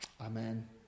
Amen